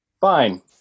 Fine